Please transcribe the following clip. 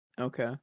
Okay